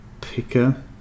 picker